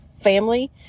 family